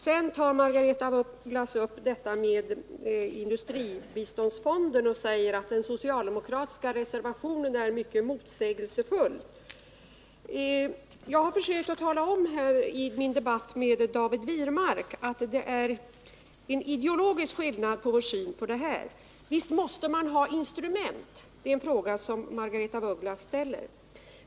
Sedan tar Margaretha af Ugglas upp fonden för industriellt samarbete med u-länder och säger att den socialdemokratiska reservationen är mycket motsägelsefull. Jag har försökt att i min debatt med David Wirmark tala om att det är en ideologisk skillnad i vår syn på denna. Visst måste man —det säger jag som svar på Margaretha af Ugglas fråga — ha instrument.